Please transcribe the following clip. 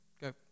go